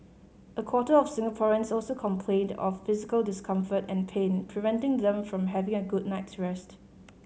a quarter of Singaporeans also complained of physical discomfort and pain preventing them from having a good night's rest